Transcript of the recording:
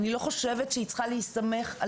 אני לא חושבת שהיא צריכה להסתמך על